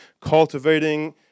cultivating